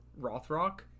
rothrock